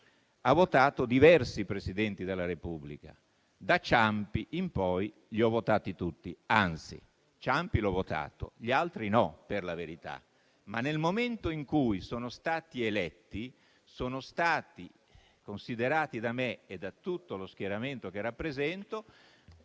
ha votato diversi Presidenti della Repubblica. Da Ciampi in poi li ho votati tutti; anzi, Ciampi l'ho votato, gli altri no, per la verità. Ma, nel momento in cui sono stati eletti, sono stati considerati da me e da tutto lo schieramento che rappresento